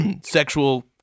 sexual